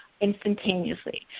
instantaneously